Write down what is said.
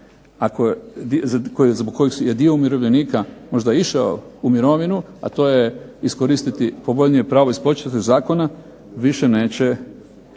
razlog zbog kojeg je dio umirovljenika možda išao u mirovinu, a to je iskoristit povoljnije pravo iz ... zakona, više neće